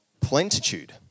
plentitude